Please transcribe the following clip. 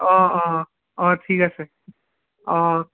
অ অ অ ঠিক আছে অ